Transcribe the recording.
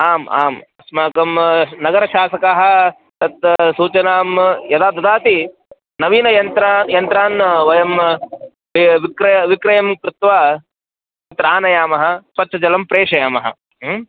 आम् आम् अस्माकं नगरशासकाः तत् सूचनां यदा ददाति नवीन यन्त्रान् यन्त्रान् वयं विक्रीय विक्रीय कृत्वा तत्र आनयामः स्वच्छजलं प्रेषयामः